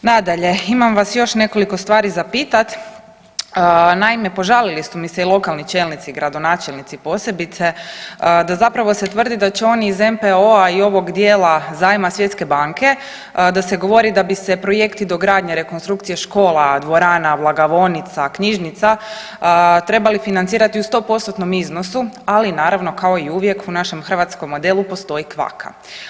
Nadalje, imam vas još nekoliko stvari za pitat, naime požalili su mi se i lokalni čelnici i gradonačelnici posebice da zapravo se tvrdi da će oni ih NPO-a i ovog dijela zajma svjetske banka da se govori da bi se projekti dogradnje rekonstrukcija škola, dvorana, blagovaonica, knjižnica trebali financirati u 100%-tnom iznosu, ali naravno kao i uvijek u našem hrvatskom modelu postoji kvaka.